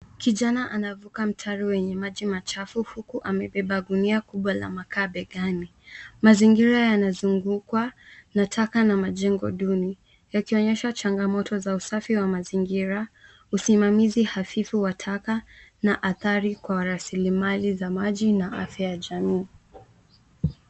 Kijana anavuka mtaro wenye maji machafu huku amebeba gunia kubwa la makaa begani. Mazingira yanazungukwa na taka na majengo duni, yakionyesha changamoto za usafi wa mazingira, usamamizi hafifu wa taka na hatari kwa rasilimali za maji na afya ya jamii.